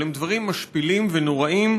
אבל הם דברים משפילים ונוראיים,